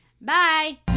Bye